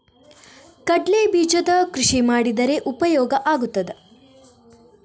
ಕಡ್ಲೆ ಬೀಜದ ಕೃಷಿ ಮಾಡಿದರೆ ಉಪಯೋಗ ಆಗುತ್ತದಾ?